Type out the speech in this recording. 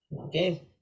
Okay